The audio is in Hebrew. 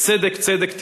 וצדק צדק תרדוף,